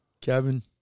Kevin